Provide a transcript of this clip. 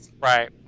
right